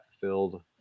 filled